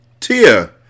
Tia